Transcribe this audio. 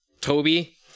Toby